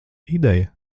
ideja